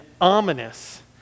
ominous